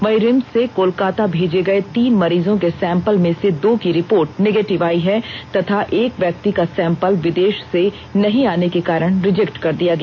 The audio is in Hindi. वहीं रिम्स से कोलकाता भेजे गए तीन मरीजों के सैंपल में से दो की रिपोर्ट नेगेटिव आई है तथा एक व्यक्ति का सैंपल विदेष से नहीं आने के कारण रिजेक्ट किया गया